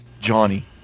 Johnny